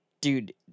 dude